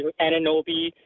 Ananobi